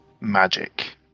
magic